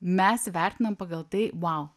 mes jį vertinam pagal tai vau